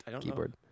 keyboard